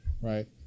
right